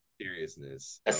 seriousness